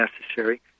necessary